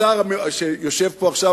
השר שיושב כאן עכשיו,